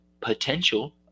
potential